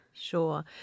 Sure